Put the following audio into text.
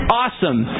awesome